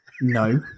No